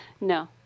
No